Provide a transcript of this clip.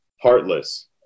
heartless